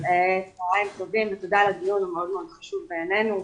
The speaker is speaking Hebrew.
צוהריים טובים ותודה על הדיון המאוד חשוב בעינינו.